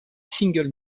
single